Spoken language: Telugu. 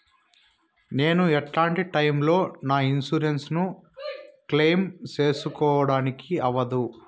నేను ఎట్లాంటి టైములో నా ఇన్సూరెన్సు ను క్లెయిమ్ సేసుకోవడానికి అవ్వదు?